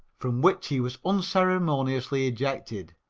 from which he was unceremoniously ejected,